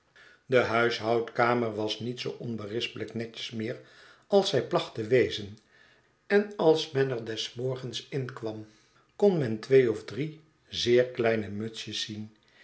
de huishoudkamer was niet zoo onberispelijk netjes meer als zij placht te wezen en als men er des morgens in kwam kon men twee of drie zeer kleine mutsjes zien